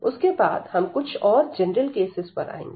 उसके बाद हम कुछ और जनरल केसेस पर आएंगे